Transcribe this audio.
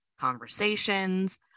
conversations